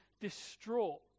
distraught